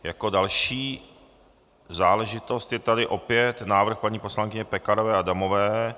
Jako další záležitost je tady opět návrh paní poslankyně Pekarové Adamové.